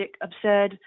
absurd